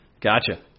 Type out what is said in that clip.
Gotcha